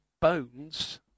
bones